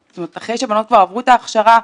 מהצבא,